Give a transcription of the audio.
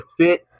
fit